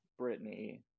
Britney